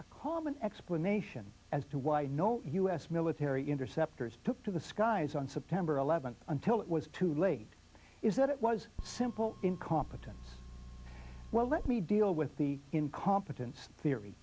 a common explanation as to why no u s military interceptors took to the skies on september eleventh until it was too late is that it was simple incompetence well let me deal with the incompetence theory